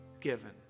given